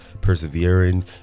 persevering